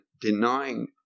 denying